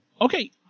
Okay